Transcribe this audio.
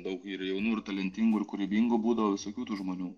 daug ir jaunų ir talentingų ir kūrybingų būdavo visokių tų žmonių